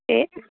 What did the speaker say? ए